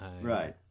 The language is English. Right